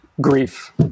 grief